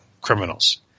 criminals